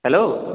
hello